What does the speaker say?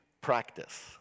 practice